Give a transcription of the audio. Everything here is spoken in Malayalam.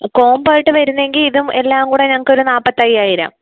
കോമ്പോ ആയിട്ട് വരുന്നതാണെങ്കിൽ ഇതും എല്ലാം കൂടെ ഞങ്ങൾക്ക് ഒരു നാൽപ്പത്തി അയ്യായിരം